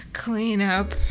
Cleanup